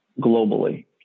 globally